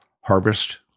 Harvest